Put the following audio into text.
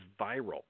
viral